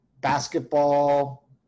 basketball